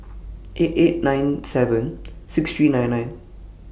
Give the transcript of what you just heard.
eight eight nine seven six three nine nine